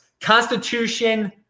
constitution